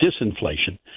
disinflation